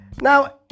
Now